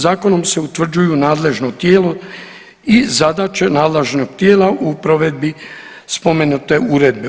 Zakonom se utvrđuju nadležno tijelo i zadaće nadležnog tijela u provedbi spomenute uredbe.